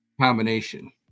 combination